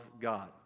God